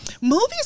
Movies